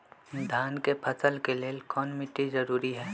धान के फसल के लेल कौन मिट्टी जरूरी है?